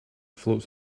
floats